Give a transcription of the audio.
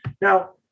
Now